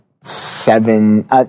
seven